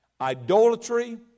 Idolatry